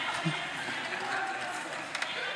עברת להצבעה.